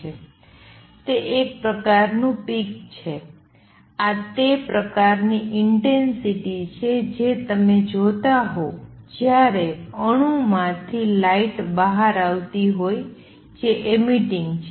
તે એક પ્રકારનું પિક છે આ તે પ્રકારની ઇંટેંસિટી છે જે તમે જોતા હો જ્યારે અણુ માથી લાઇટ બહાર આવતી હોય જે એમીટિંગ છે